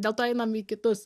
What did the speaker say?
dėl to imam į kitus